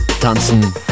Tanzen